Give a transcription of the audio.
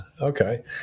okay